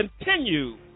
continue